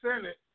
senate